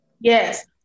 Yes